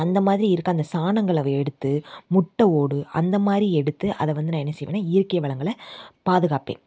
அந்த மாதிரி இருக்க அந்த சாணங்களை எடுத்து முட்டை ஓடு அந்த மாதிரி எடுத்து அதை வந்து நான் என்ன செய்வேனால் இயற்கை வளங்களை பாதுகாப்பேன்